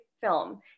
film